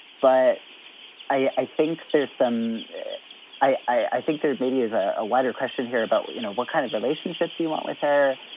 but i think there's some i i think there maybe is a wider question here about what you know, what kind of relationship do you want with her?